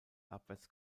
abwärts